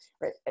right